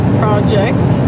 project